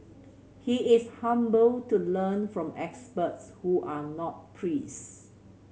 he is humble to learn from experts who are not priests